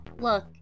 Look